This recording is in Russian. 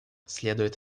следует